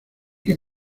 que